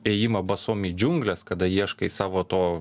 ėjimą basom į džiungles kada ieškai savo to